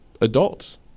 adults